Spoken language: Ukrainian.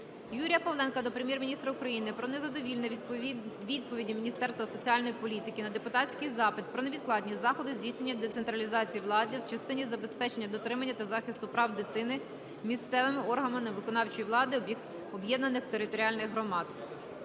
Юрія Павленка до Прем'єр-міністра України про незадоволення відповіддю Міністерства соціальної політики на депутатський запит "Про невідкладні заходи здійснення децентралізації влади в частині забезпечення, дотримання та захисту прав дитини місцевими органами виконавчої влади об'єднаних територіальних громад".